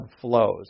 flows